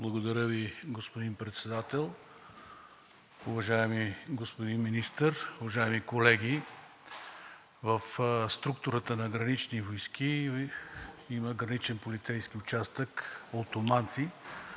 Благодаря, господин Председател. Уважаеми господин Министър, уважаеми колеги! В структурата на Гранични войски има Граничен полицейски участък – Олтоманци,